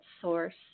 source